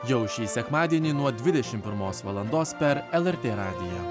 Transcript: jau šį sekmadienį nuo dvidešimt pirmos valandos per lrt radiją